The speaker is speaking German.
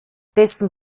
dessen